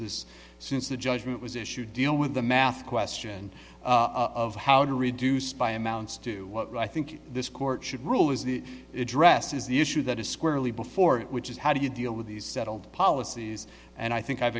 this since the judgment was issued deal with the math question of how to reduce by amounts i think this court should rule is the address is the issue that is squarely before it which is how do you deal with these settled policies and i think i've